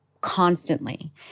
constantly